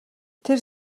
тэр